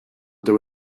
there